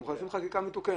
אנחנו מחוקקים חקיקה מתוקנת,